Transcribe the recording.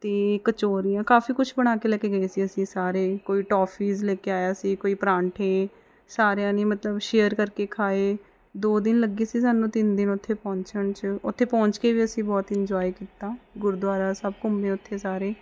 ਅਤੇ ਕਚੋਰੀਆਂ ਕਾਫੀ ਕੁਛ ਬਣਾ ਕੇ ਲੈ ਕੇ ਗਏ ਸੀ ਅਸੀਂ ਸਾਰੇ ਕੋਈ ਟੋਫੀਜ਼ ਲੈ ਕੇ ਆਇਆ ਸੀ ਕੋਈ ਪਰਾਂਠੇ ਸਾਰਿਆਂ ਨੇ ਮਤਲਬ ਸ਼ੇਅਰ ਕਰਕੇ ਖਾਏ ਦੋ ਦਿਨ ਲੱਗੇ ਸੀ ਸਾਨੂੰ ਤਿੰਨ ਦਿਨ ਉੱਥੇ ਪਹੁੰਚਣ 'ਚ ਉੱਥੇ ਪਹੁੰਚ ਕੇ ਵੀ ਅਸੀਂ ਬਹੁਤ ਇੰਜੋਏ ਕੀਤਾ ਗੁਰਦੁਆਰਾ ਸਭ ਘੁੰਮੇ ਉੱਥੇ ਸਾਰੇ